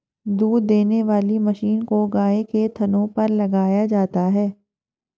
दूध देने वाली मशीन को गायों के थनों पर लगाया जाता है